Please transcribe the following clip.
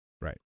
Right